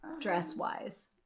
dress-wise